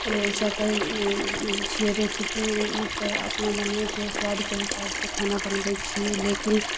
ई सकय छियै रेसिपी तऽ अपना बनय छै स्वादके हिसाबसँ खाना बनबय छी लेकिन